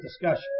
discussion